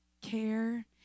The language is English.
care